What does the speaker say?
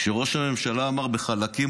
כשראש הממשלה אמר בחלקים,